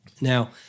Now